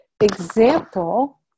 example